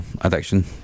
addiction